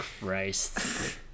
Christ